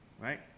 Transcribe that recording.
Right